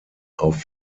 auf